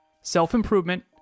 Self-improvement